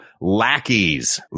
lackeys